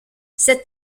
cette